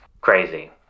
crazy